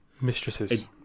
Mistresses